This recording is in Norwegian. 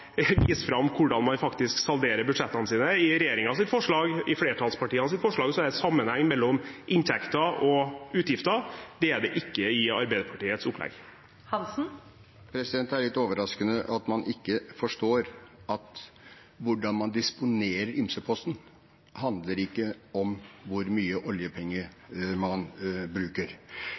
vise fram hvordan man faktisk salderer budsjettene sine. I regjeringens, flertallspartienes, forslag er det sammenheng mellom inntekter og utgifter. Det er det ikke i Arbeiderpartiets opplegg. Det er litt overraskende at man ikke forstår at hvordan man disponerer ymseposten, ikke handler om hvor mye oljepenger man bruker.